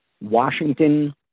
Washington